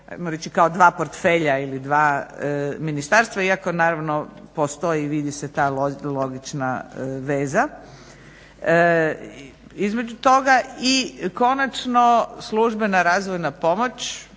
reći kao portfelja ili dva ministarstva iako naravno postoji i vidi se ta logična veza između toga. I konačno, službena razvojna pomoć